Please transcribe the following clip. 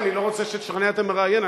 אני לא רוצה שתשכנע את המראיין.